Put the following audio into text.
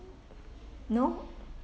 no